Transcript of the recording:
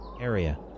area